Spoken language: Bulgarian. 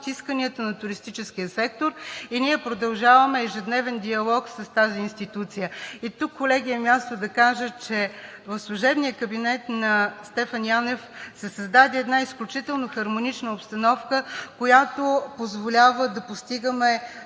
исканията на туристическия сектор, и ние продължаваме ежедневен диалог с тази институция. И тук, колеги, е мястото да кажа, че в служебния кабинет на Стефан Янев се създаде една изключително хармонична обстановка, която позволява да постигаме